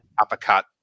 uppercut